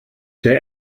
der